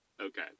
Okay